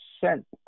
sent